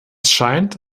scheint